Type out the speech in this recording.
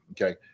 Okay